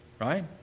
right